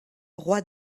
roi